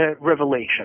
revelation